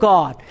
God